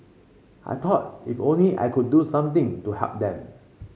I thought if only I could do something to help them